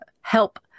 help